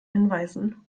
hinweisen